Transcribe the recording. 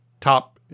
top